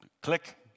click